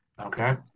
okay